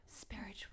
Spiritual